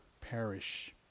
perish